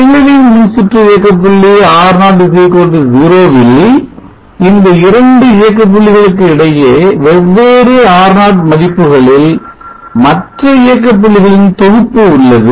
குறைநிலை மின்சுற்று இயக்க புள்ளி R0 0 ல் இந்த இரண்டு இயக்க புள்ளிகளுக்கு இடையே வெவ்வேறு R0 மதிப்புகளில் மற்ற இயக்க புள்ளிகளின் தொகுப்பு உள்ளது